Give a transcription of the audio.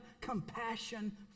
compassion